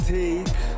take